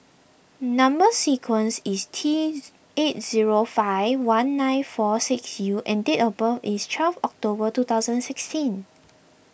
Number Sequence is T eight zero five one nine four six U and date of birth is twelve October two thousand sixteen